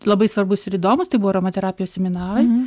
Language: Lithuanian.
labai svarbūs ir įdomūs tai buvo aromaterapijos seminarai